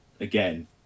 again